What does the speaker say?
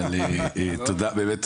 אבל באמת תודה.